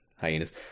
hyenas